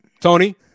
Tony